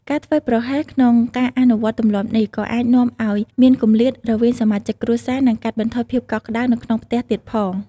ការធ្វេសប្រហែសក្នុងការអនុវត្តទម្លាប់នេះ ក៏អាចនាំឲ្យមានគម្លាតរវាងសមាជិកគ្រួសារ និងកាត់បន្ថយភាពកក់ក្ដៅនៅក្នុងផ្ទះទៀតផង។